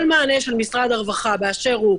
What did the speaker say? כל מענה של משרד הרווחה באשר הוא,